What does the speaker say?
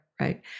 right